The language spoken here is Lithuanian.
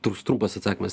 toks trumpas atsakymas